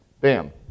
Bam